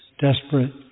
desperate